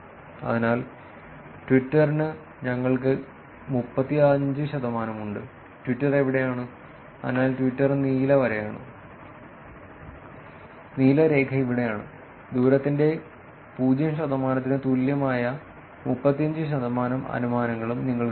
അതിനാൽ ട്വിറ്ററിന് ഞങ്ങൾക്ക് 35 ശതമാനം ഉണ്ട് ട്വിറ്റർ എവിടെയാണ് അതിനാൽ ട്വിറ്റർ നീല വരയാണ് നീല രേഖ ഇവിടെയാണ് ദൂരത്തിന്റെ 0 ശതമാനത്തിന് തുല്യമായ 35 ശതമാനം അനുമാനങ്ങളും നിങ്ങൾക്ക് കാണാം